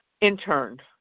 interned